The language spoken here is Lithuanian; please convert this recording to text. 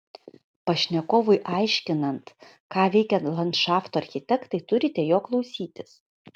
pašnekovui aiškinant ką veikia landšafto architektai turite jo klausytis